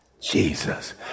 Jesus